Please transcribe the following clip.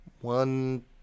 One